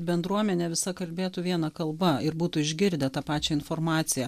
bendruomenė visa kalbėtų viena kalba ir būtų išgirdę tą pačią informaciją